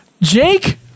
Jake